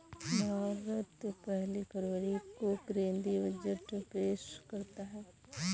भारत पहली फरवरी को केंद्रीय बजट पेश करता है